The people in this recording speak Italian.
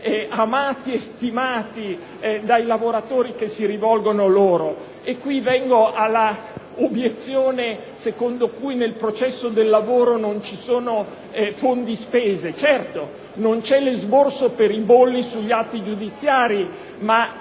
amati e stimati dai lavoratori che si rivolgono a loro. Vengo ora all'obiezione secondo cui nel processo del lavoro non si pagherebbero fondi spese. Certo, non c'è l'esborso per i bolli sugli atti giudiziari, ma